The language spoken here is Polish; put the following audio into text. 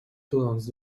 tuląc